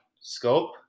scope